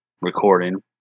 recording